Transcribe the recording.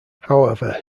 however